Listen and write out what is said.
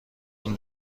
این